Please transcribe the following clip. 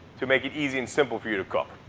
to make it easy and simple for you to cook.